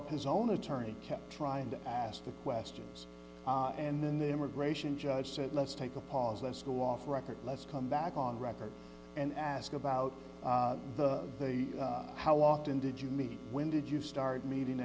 up his own attorney kept trying to ask the questions and then the immigration judge said let's take a pause let's go off the record let's come back on record and ask about the how often did you meet when did you start meeting